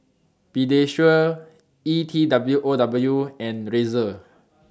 Pediasure E T W O W and Razer